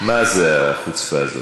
מה זו החוצפה הזאת?